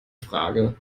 frage